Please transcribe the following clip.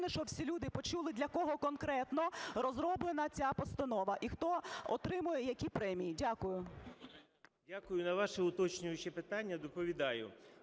щоб всі люди почули, для кого конкретно розроблена ця постанова і хто отримує, які премії. Дякую. 11:04:41 КОЛЮХ В.В. Дякую. На ваше уточнююче питання доповідаю.